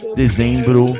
dezembro